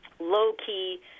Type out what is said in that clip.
low-key